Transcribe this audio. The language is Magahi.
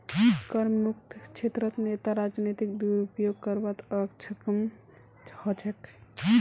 करमुक्त क्षेत्रत नेता राजनीतिक दुरुपयोग करवात अक्षम ह छेक